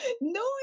no